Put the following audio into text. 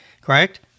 correct